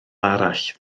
arall